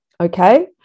Okay